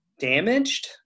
damaged